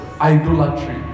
idolatry